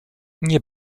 nie